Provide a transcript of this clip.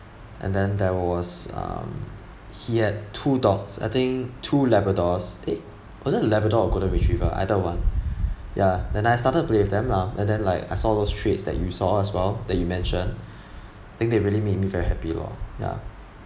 and then there was um he had two dogs I think two labradors eh was it labrador or golden retriever either one ya and I started playing with them lah and then like I saw those traits and you saw as well that you know mentioned think they really made me very happy lor ya